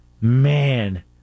Man